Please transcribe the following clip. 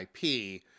IP